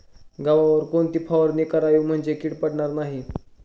गव्हावर कोणती फवारणी करावी म्हणजे कीड पडणार नाही?